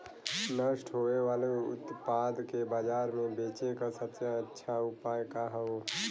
नष्ट होवे वाले उतपाद के बाजार में बेचे क सबसे अच्छा उपाय का हो?